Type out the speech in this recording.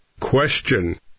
Question